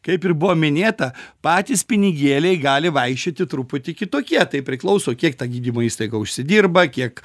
kaip ir buvo minėta patys pinigėliai gali vaikščioti truputį kitokie tai priklauso kiek ta gydymo įstaiga užsidirba kiek